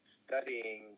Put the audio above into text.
studying